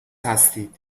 هستید